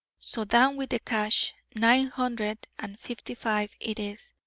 so down with the cash. nine hundred and fifty-five it is,